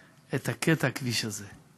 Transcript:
את קטע הכביש הזה.